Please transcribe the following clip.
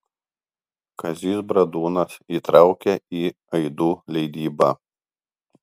kazys bradūnas įtraukė į aidų leidybą